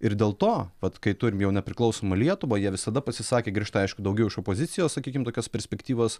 ir dėl to vat kai turim jau nepriklausomą lietuvą jie visada pasisakė griežtai aišku daugiau iš opozicijos sakykim tokios perspektyvos